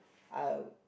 I